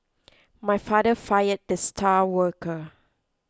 my father fired the star worker